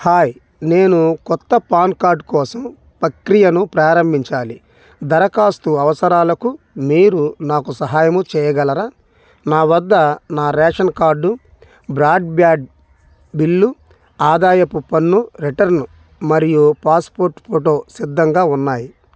hi నేను క్రొత్త PAN card కోసం ప్రక్రియను ప్రారంభించాలి దరఖాస్తు అవసరాలకు మీరు నాకు సహాయం చేయగలరా నా వద్ద నా రేషన్ కార్డు బ్రాడ్బ్యాండ్ బిల్లు ఆదాయపు పన్ను రిటర్న్ మరియు పాస్పోర్ట్ ఫోటో సిద్ధంగా ఉన్నాయి